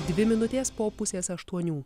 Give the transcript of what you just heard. dvi minutės po pusės aštuonių